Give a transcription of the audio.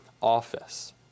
office